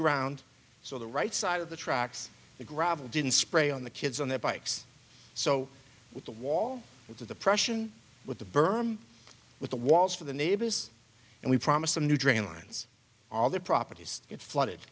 ground so the right side of the trucks the gravel didn't spray on the kids on their bikes so the wall into the pression with the berm with the walls for the neighbors and we promised them new drain lines all their properties get flooded